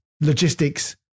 logistics